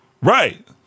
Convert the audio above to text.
Right